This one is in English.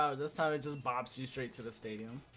ah the the size of biopsy street to the stadium